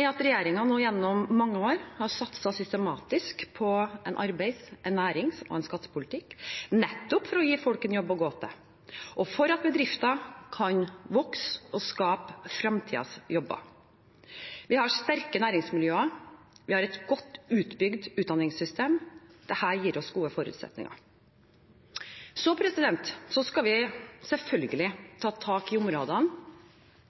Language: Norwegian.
er at regjeringen gjennom mange år har satset systematisk på en arbeids-, nærings- og skattepolitikk, nettopp for å gi folk en jobb å gå til, og for at bedrifter kan vokse og skape fremtidens jobber. Vi har sterke næringsmiljøer og et godt utbygd utdanningssystem, og dette gir oss gode forutsetninger. Så skal vi selvfølgelig ta tak i de områdene